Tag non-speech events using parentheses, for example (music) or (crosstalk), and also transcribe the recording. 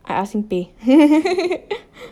I ask him pay (laughs)